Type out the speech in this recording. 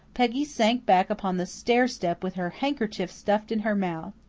peggy sank back upon the stair-step with her handkerchief stuffed in her mouth.